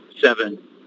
seven